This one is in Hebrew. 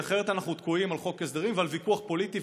כי אחרת אנחנו תקועים על חוק הסדרים ועל ויכוח פוליטי,